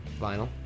vinyl